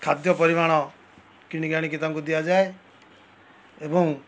ଖାଦ୍ୟ ପରିମାଣ କିଣିକି ଆଣି ତାଙ୍କୁ ଦିଆଯାଏ ଏବଂ